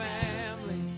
family